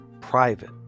private